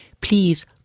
please